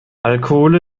alkohol